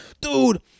Dude